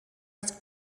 its